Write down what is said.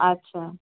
আচ্ছা